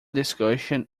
discussion